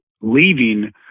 leaving